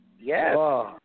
Yes